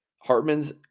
Hartman's